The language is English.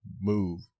move